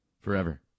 Forever